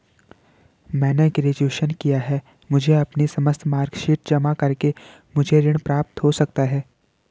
मैंने ग्रेजुएशन किया है मुझे अपनी समस्त मार्कशीट जमा करके मुझे ऋण प्राप्त हो सकता है?